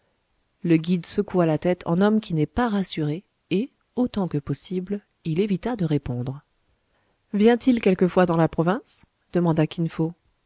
le guide secoua la tête en homme qui n'est pas rassuré et autant que possible il évita de répondre vient-il quelquefois dans la province demanda kin fo